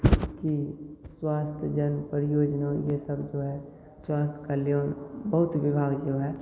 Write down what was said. कि स्वास्थ्य जन परियोजना ये सब जो है स्वास्थ्य कल्याण बहुत विभाग जो है